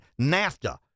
NAFTA